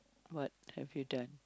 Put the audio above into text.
what have you done